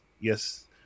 yes